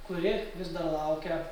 kuri vis dar laukia